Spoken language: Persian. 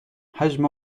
حجم